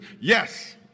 Yes